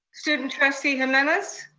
student trustee jimenez.